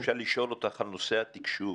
אם אפשר לשאול אותך על נושא התקשוב.